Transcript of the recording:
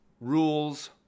Rules